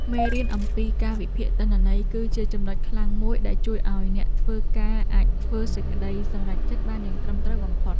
មេរៀនអំពីការវិភាគទិន្នន័យ គឺជាចំណុចខ្លាំងមួយដែលជួយឱ្យអ្នកធ្វើការអាចធ្វើសេចក្តីសម្រេចចិត្តបានយ៉ាងត្រឹមត្រូវបំផុត។